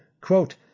Quote